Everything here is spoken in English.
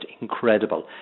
incredible